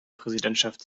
präsidentschaft